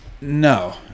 No